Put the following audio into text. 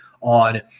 on